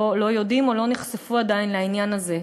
לא יודעים או לא נחשפו עדיין לעניין הזה: